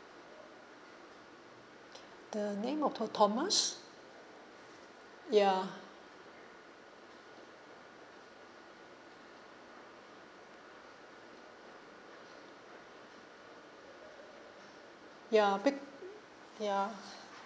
the name of tour thomas ya be~ ya